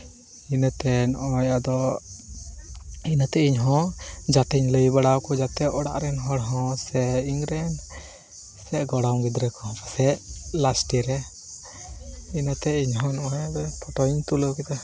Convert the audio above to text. ᱤᱱᱟᱹᱛᱮ ᱱᱚᱜᱼᱚᱭ ᱟᱫᱚ ᱤᱱᱟᱹᱛᱮ ᱤᱧᱦᱚᱸ ᱡᱟᱛᱮᱧ ᱞᱟᱹᱭ ᱵᱟᱲᱟᱣᱟᱠᱚ ᱡᱟᱛᱮ ᱚᱲᱟᱜ ᱨᱮᱱ ᱦᱚᱲ ᱦᱚᱸ ᱥᱮ ᱤᱧᱨᱮᱱ ᱥᱮ ᱜᱚᱲᱚᱢ ᱜᱤᱫᱽᱨᱟᱹ ᱠᱚᱦᱚᱸ ᱯᱟᱥᱮᱡ ᱞᱟᱥᱴᱮ ᱨᱮ ᱤᱱᱟᱹᱛᱮ ᱤᱧᱦᱩᱧ ᱢᱚᱱᱮᱭᱫᱟ ᱯᱚᱴᱳᱧ ᱛᱩᱞᱟᱹᱣ ᱠᱮᱫᱟ